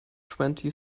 twenty